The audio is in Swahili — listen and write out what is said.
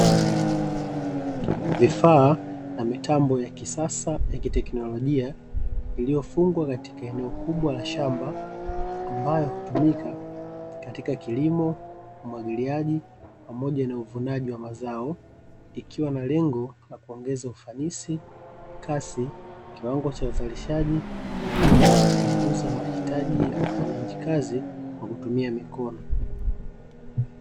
Vifaa na mitambo ya kisasa ya kiteknolojia iliyofungwa katika eneo kubwa la shamba ambayo hutumika katika kilimo, umwagiliaji, pamoja na uvunaji wa mazao; ikiwa na lengo la kuongeza ufanisi, kasi, kiwango cha uzalishaji pamoja na kupunguza mahitaji ya ufanyaji kazi kwa kutumia mikono.